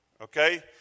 Okay